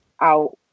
out